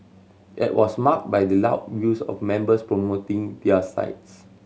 it was marked by the loud views of members promoting their sides